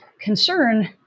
concern